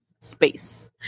space